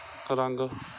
ਰੰਗ